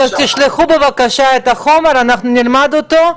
תשלחו בבקשה את החומר ואנחנו נלמד אותו.